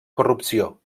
corrupció